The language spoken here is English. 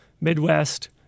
Midwest